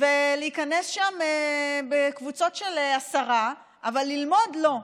ולהיכנס לשם בקבוצות של עשרה, אבל ללמוד לא.